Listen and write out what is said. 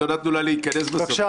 לא נתנו לה להיכנס בסוף,